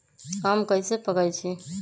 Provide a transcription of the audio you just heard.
आम कईसे पकईछी?